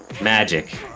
Magic